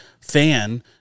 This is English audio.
fan